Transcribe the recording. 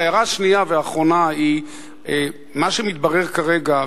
הערה שנייה ואחרונה: מה שמתברר כרגע,